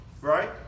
right